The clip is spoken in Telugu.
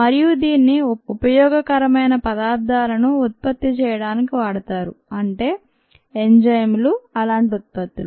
మరియు దీన్ని ఉపయోగకరమైన పదార్థాలను ఉత్పత్తి చేయడానికి వాడతారు అంటే ఎంజైమ్ లు అలాంటి ఉత్పత్తులు